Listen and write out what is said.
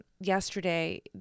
yesterday